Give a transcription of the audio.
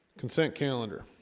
consent calendar